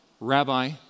Rabbi